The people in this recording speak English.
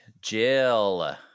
Jill